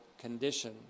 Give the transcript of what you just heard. condition